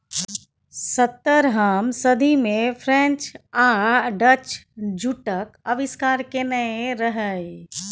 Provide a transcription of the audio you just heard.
सतरहम सदी मे फ्रेंच आ डच जुटक आविष्कार केने रहय